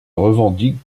revendiquent